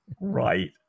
right